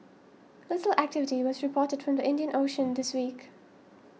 little activity was reported from the Indian Ocean this week